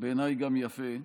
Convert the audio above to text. ובעיני גם יפה.